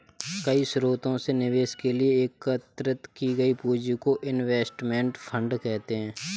कई स्रोतों से निवेश के लिए एकत्रित की गई पूंजी को इनवेस्टमेंट फंड कहते हैं